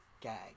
gag